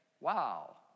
wow